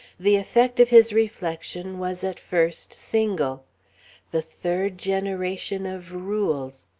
the effect of his reflection was at first single the third generation of rules.